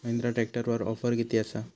महिंद्रा ट्रॅकटरवर ऑफर किती आसा?